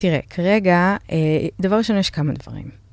תראה, כרגע, דבר ראשון, יש כמה דברים.